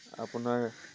আপোনাৰ